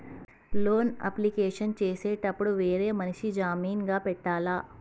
Loan application చేసేటప్పుడు వేరే మనిషిని జామీన్ గా పెట్టాల్నా?